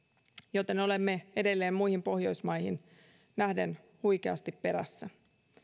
joten olemme edelleen muihin pohjoismaihin nähden huikeasti perässä